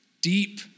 deep